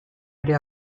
ere